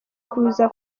kuza